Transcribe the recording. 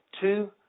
two